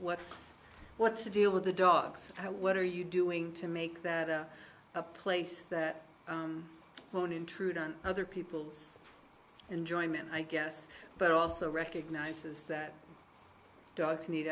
what's what's the deal with the dogs what are you doing to make that a place that won't intrude on other people's enjoyment i guess but also recognizes that dogs need